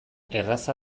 erraza